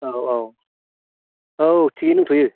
औ औ औ थिगैनो दंथ'यो